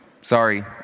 sorry